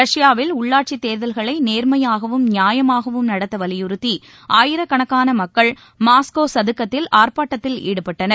ரஷ்யாவில் உள்ளாட்சித் தேர்தல்களை நேர்மையாகவும் நியாயமாகவும் நடத்த வலியுறத்தி ஆயிரக்கணக்கான மக்கள் மாஸ்கோ சதுக்கத்தில் ஆர்ப்பாட்டத்தில் ஈடுபட்டனர்